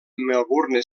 melbourne